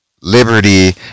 liberty